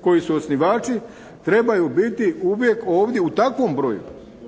koji su osnivači trebaju biti uvijek ovdje u takvom broju